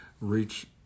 reach